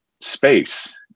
space